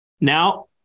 Now